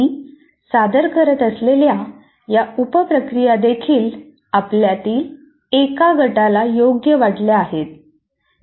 मी सादर करत असलेल्या या उप प्रक्रिया देखील आपल्यातील एका गटाला योग्य वाटल्या आहेत